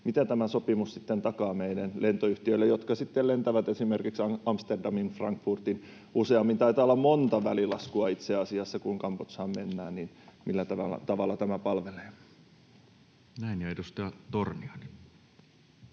mitä tämä sopimus sitten takaa meidän lentoyhtiöille, jotka sitten lentävät esimerkiksi Amsterdamiin, Frankfurtiin — useammin taitaa olla monta välilaskua itse asiassa, kun Kambodžaan mennään. Millä tavalla tämä palvelee? Näin. — Ja edustaja Torniainen.